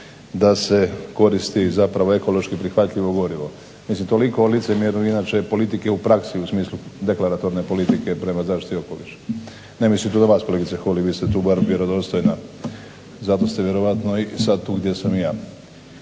da se koristi zapravo ekološki prihvatljivo gorivo. Mislim toliko o licemjerju inače politike u praksi u smislu deklaratorne politike prema zaštiti okoliša. Ne mislim to na vas kolegice Holy, vi ste bar tu vjerodostojna. Zato ste vjerojatno sad tu gdje sam i ja.